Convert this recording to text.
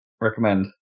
Recommend